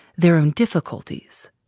their own difficulties.